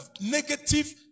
negative